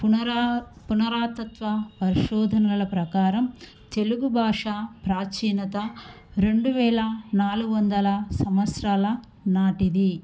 పునరా పునరాతత్వ పరిశోధనల ప్రకారం తెలుగు భాష ప్రాచీనత రెండు వేల నాలుగు వందల సంవత్సరాల నాటిది